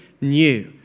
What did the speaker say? new